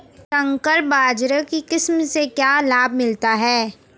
संकर बाजरा की किस्म से क्या लाभ मिलता है?